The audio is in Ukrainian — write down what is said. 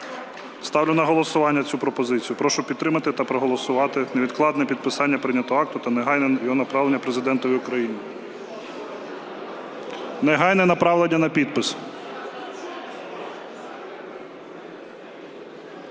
Ставлю на голосування цю пропозицію. Прошу підтримати та проголосувати невідкладне підписання прийнятого акта та негайного його направлення Президентові України, негайне направлення на підпис.